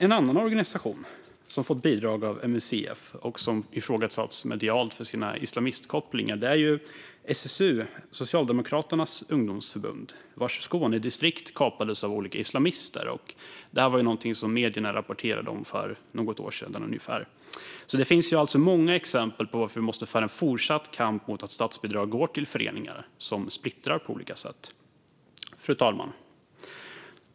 En annan organisation som fått bidrag av MUCF och som ifrågasatts medialt för sina islamistkopplingar är SSU, Socialdemokraternas ungdomsförbund, vars Skånedistrikt kapades av olika islamister. Detta var något som medierna rapporterade om för något år sedan. Det finns alltså många exempel på varför vi måste föra en fortsatt kamp mot att statsbidrag går till föreningar som splittrar på olika sätt. Fru talman!